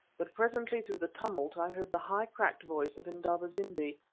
but presently through the tumult i heard the high, cracked voice of indaba-zimbi.